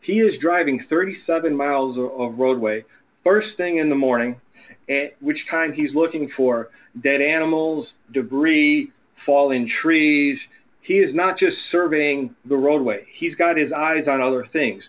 is driving thirty seven miles or roadway st thing in the morning at which time he is looking for dead animals debris fall in trees he is not just serving the roadway he's got his eyes on other things